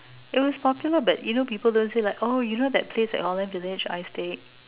it was popular but you know people don't say like oh you know that place at holland village I steak